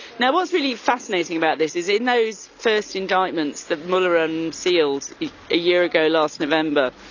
now what was really fascinating about this is in those first indictments that mueller unsealed a year ago, last november,